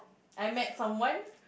I met from one